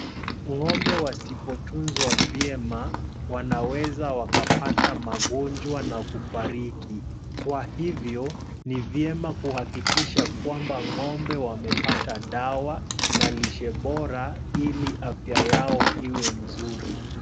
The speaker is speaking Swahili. Ng'ombe wasipotunzwa vyema wanaweza wakapata magonjwa na kufariki, kwa hivyo ni vyema kuhakikisha kwamba ng'ombe wamepata dawa na lishe bora ili afya yao iwe nzuri.